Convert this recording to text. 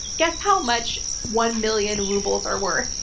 guess how much one million rubles are worth?